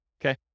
Okay